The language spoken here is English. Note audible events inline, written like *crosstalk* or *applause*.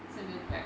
*noise*